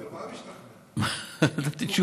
ממה השתכנע, נתתי תשובה.